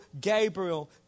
Gabriel